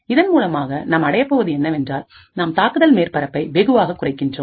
இதன் மூலமாக நாம் அடையப்போவது என்னவென்றால்நாம் தாக்குதல் மேற்பரப்பை வெகுவாக குறைகின்றோம்